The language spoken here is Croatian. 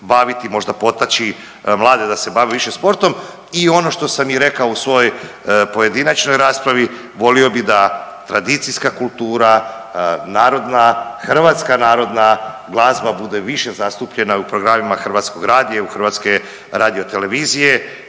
možda potaći mlade da se bave više sportom. I ono što sam i rekao u svojoj pojedinačnoj raspravi volio bi da tradicijska kultura, narodna, hrvatska narodna glazba bude više zastupljena u programima hrvatskog radija i u HRT i dat ću svoj